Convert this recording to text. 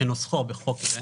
כנוסחו בחוק זה,